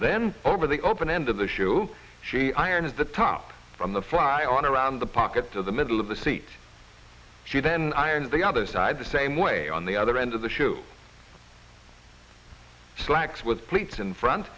then over the open end of the shoe she iron is the top from the fly on around the pocket to the middle of the seat she then iron the other side the same way on the other end of the shoe slacks with cleats in front